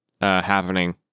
happening